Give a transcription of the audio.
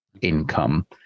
income